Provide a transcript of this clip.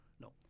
No